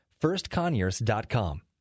firstconyers.com